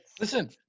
Listen